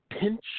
pinch